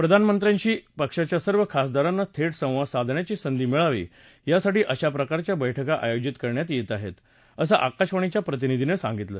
प्रधानमंत्र्यांशी पक्षाच्या सर्व खासदारांना थेट संवाद साधण्याची संधी मिळावी यासाठी अशा प्रकारच्या बैठका आयोजित करण्यात येत आहेत असं आकाशवाणीच्या प्रतिनिधीनं सांगितलं